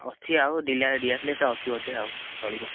ଅଛି ଆଉ ଦିଆସିଲିଟା ଅଛି ବୋଧେ ଆଉ ଚଳିବ